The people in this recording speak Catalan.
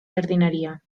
jardineria